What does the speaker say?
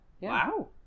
Wow